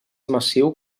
massiu